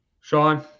sean